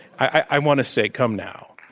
i want to say, come now.